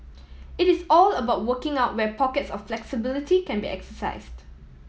it is all about working out where pockets of flexibility can be exercised